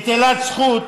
את אלעד זכות,